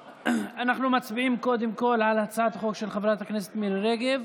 אנחנו מצביעים קודם כול על הצעת החוק של חברת הכנסת מירי רגב,